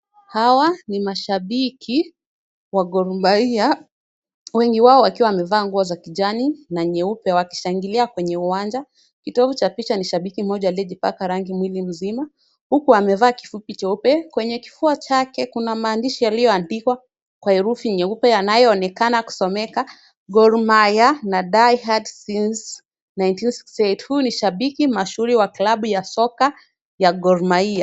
Hawa ni mashabiki wa Gor Mahia, wengi wao wakiwa wamevaa nguo za kijani na nyeupe wakishangilia kwenye uwanja. Kitovu cha picha ni shabiki mmoja aliyepaka rangi mwili mzima huku amevaa kifupi cheupe. Kwenye kifua chake kuna maandishi yaliyoandikwa kwa herufi nyeupe yanayoonekana kusomeka Gor Mahia na diehard since 1968. Huyu ni shabiki mashuhuri wa klabu ya soka ya Gor Mahia.